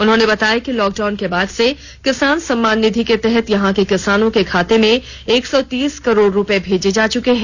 उन्होंने बताया कि लॉकडाउन के बाद से किसान सम्मान निधि के तहत यहां के किसानों के खाते में एक सौ तीस करोड़ रुपए भेजे जा चुके हैं